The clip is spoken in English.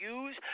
use